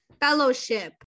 fellowship